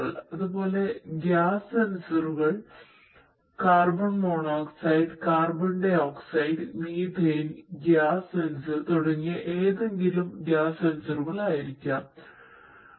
അതുപോലെ ഗ്യാസ് സെൻസറുകൾ carbon monoxide carbon dioxide methane gas sensor തുടങ്ങിയ ഏതെങ്കിലും ഗ്യാസ് സെൻസറുകളായിരിക്കാം കൂടാതെ NOx ഗ്യാസ് സെൻസറുകളും മറ്റും ഉണ്ട്